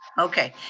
okay.